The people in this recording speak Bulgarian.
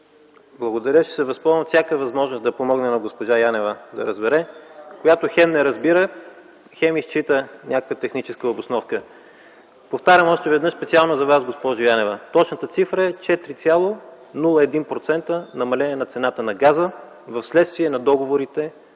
Благодаря. Ще се възползвам от всяка възможност да помогна на госпожа Янева да разбере нещата, която хем не разбира, хем изчита тук някаква техническа обосновка. Повтарям още веднъж специално за Вас, госпожо Янева: точната цифра е 4,01% намаление на цената на газа, вследствие на договореностите